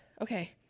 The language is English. Okay